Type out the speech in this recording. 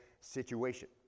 situation